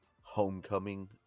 homecoming